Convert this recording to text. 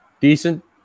decent